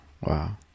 wow